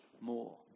more